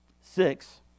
six